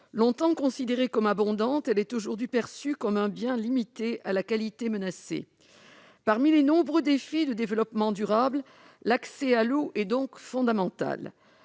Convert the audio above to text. Longtemps considérée comme abondante, elle est aujourd'hui perçue comme un bien limité à la qualité menacée. Parmi les nombreux défis de développement durable, l'accès à l'eau est donc fondamental.